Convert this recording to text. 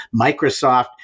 Microsoft